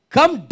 Come